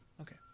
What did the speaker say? Okay